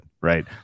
right